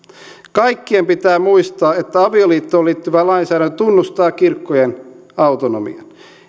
kaikkien pitää muistaa että avioliittoon liittyvä lainsäädäntö tunnustaa kirkkojen autonomian